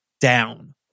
down